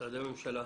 משרדי הממשלה,